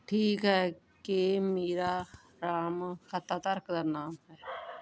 ਠੀਕ ਹੈ ਕੀ ਮੀਰਾ ਰਾਮ ਖਾਤਾਧਾਰਕ ਦਾ ਨਾਮ ਹੈ